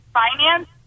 finance